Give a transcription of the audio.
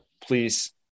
Please